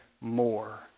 more